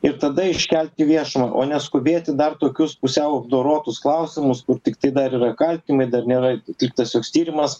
ir tada iškelt į viešumą o ne skubėti dar tokius pusiau apdorotus klausimus kur tiktai dar yra kaltinimai dar nėra atliktas joks tyrimas